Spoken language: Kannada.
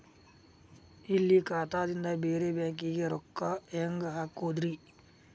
ಇಲ್ಲಿ ಖಾತಾದಿಂದ ಬೇರೆ ಬ್ಯಾಂಕಿಗೆ ರೊಕ್ಕ ಹೆಂಗ್ ಹಾಕೋದ್ರಿ?